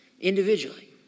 individually